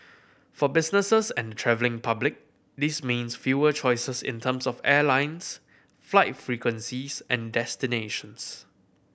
for businesses and travelling public this means fewer choices in terms of airlines flight frequencies and destinations